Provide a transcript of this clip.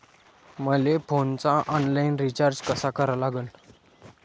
मले फोनचा online recharge कसा करा लागन?